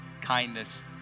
kindness